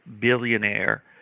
billionaire